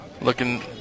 looking